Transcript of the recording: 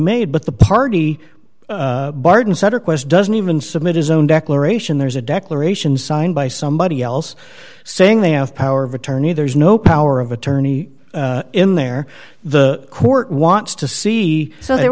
made but the party barden said request doesn't even submit his own declaration there's a declaration signed by somebody else saying they have power of attorney there's no power of attorney in there the court wants to see